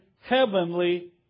heavenly